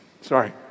sorry